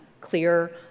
clear